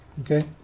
Okay